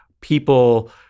people